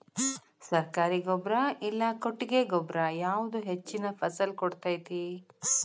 ಸರ್ಕಾರಿ ಗೊಬ್ಬರ ಇಲ್ಲಾ ಕೊಟ್ಟಿಗೆ ಗೊಬ್ಬರ ಯಾವುದು ಹೆಚ್ಚಿನ ಫಸಲ್ ಕೊಡತೈತಿ?